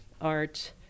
art